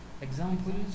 examples